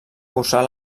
cursar